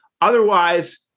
Otherwise